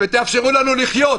ותאפשרו לנו לחיות.